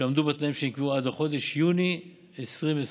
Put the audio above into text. שיעמדו בתנאים שנקבעו, עד לחודש יוני 2021,